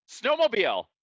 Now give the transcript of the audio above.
Snowmobile